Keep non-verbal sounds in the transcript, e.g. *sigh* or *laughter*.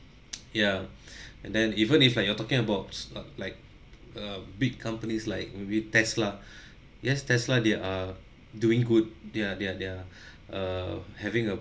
*noise* ya *breath* and then even if like you're talking about sh~ like a big companies like maybe tesla *breath* yes tesla they are doing good they're they're they're err having a